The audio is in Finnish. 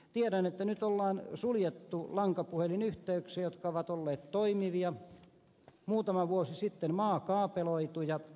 tiedän että nyt on suljettu lankapuhelinyhteyksiä jotka ovat olleet toimivia muutama vuosi sitten maakaapeloituja